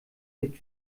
wird